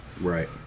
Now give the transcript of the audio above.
Right